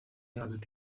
hagati